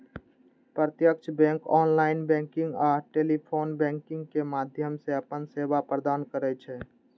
प्रत्यक्ष bank online banking आ telephone banking के माध्यम सं अपन सेवा प्रदान करै छै